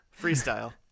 Freestyle